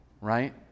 Right